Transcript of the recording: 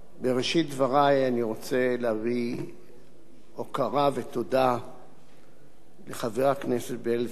בראשית דברי אני רוצה להביע הוקרה ותודה לחבר הכנסת בילסקי